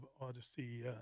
Odyssey